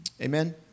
amen